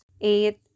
Eight